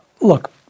look